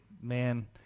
man